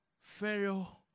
Pharaoh